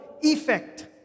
effect